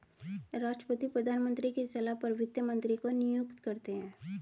राष्ट्रपति प्रधानमंत्री की सलाह पर वित्त मंत्री को नियुक्त करते है